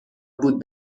بود